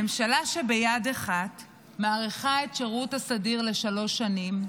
ממשלה שביד אחת מאריכה את שירות הסדיר לשלוש שנים;